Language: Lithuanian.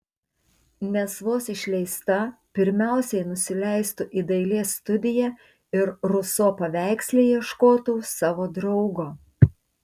nes vos išleista pirmiausiai nusileistų į dailės studiją ir ruso paveiksle ieškotų savo draugo